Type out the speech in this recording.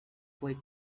boy